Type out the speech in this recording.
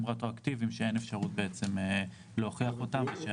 רטרו-אקטיביים שאין אפשרות להוכיח אותם.